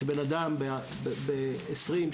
שאדם ב-20,